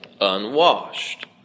unwashed